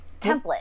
template